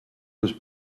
was